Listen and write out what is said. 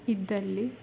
ಇದ್ದಲ್ಲಿ